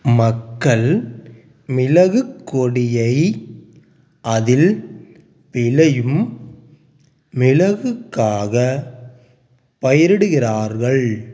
மக்கள் மிளகுக் கொடியை அதில் விளையும் மிளகுக்காகப் பயிரிடுகிறார்கள்